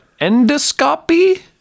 endoscopy